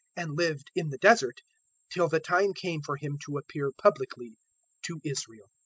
and lived in the desert till the time came for him to appear publicly to israel.